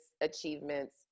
achievements